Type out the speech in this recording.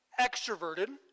extroverted